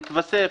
יתווסף,